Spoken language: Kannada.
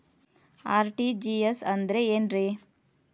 ಆರ್.ಟಿ.ಜಿ.ಎಸ್ ಅಂದ್ರ ಏನ್ರಿ?